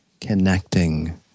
connecting